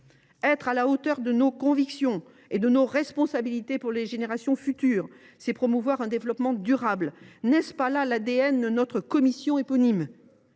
Être à la hauteur de nos convictions et de nos responsabilités pour les générations futures, c’est promouvoir un développement durable. N’est ce pas l’ADN de notre commission ?